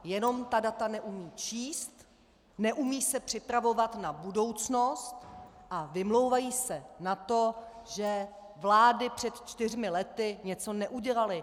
Jenom ta data neumí číst, neumí se připravovat na budoucnost a vymlouvají se na to, že vlády před čtyřmi lety něco neudělaly.